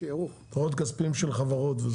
בדוחות כספיים של חברות וזה.